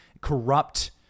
corrupt